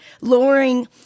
lowering